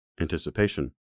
Anticipation